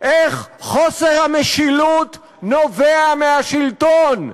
איך חוסר המשילות נובע מהשלטון.